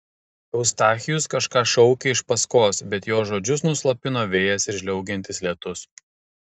eustachijus kažką šaukė iš paskos bet jo žodžius nuslopino vėjas ir žliaugiantis lietus